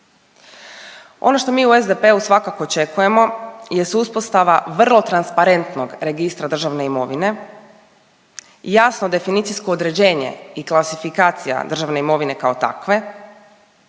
Ono što mi u SDP-u svakako očekujemo jest uspostava vrlo transparentnog registra državne imovine, jasno definicijsko određenje i klasifikacija državne imovine kao takve,